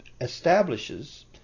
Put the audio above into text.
establishes